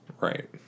Right